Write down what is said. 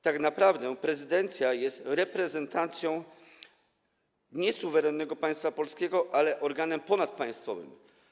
Tak naprawdę prezydencja nie jest reprezentacją suwerennego państwa polskiego, ale organem ponadpaństwowym.